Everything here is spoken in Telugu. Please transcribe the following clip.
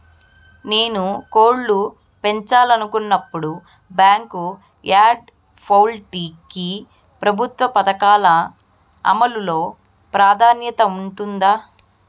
నేను కోళ్ళు పెంచాలనుకున్నపుడు, బ్యాంకు యార్డ్ పౌల్ట్రీ కి ప్రభుత్వ పథకాల అమలు లో ప్రాధాన్యత ఉంటుందా?